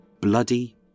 Bloody